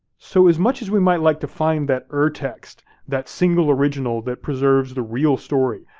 so as much as we might like to find that ur text, that single original that preserves the real story,